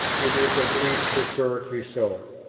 it is at least historically so.